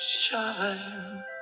shine